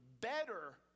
better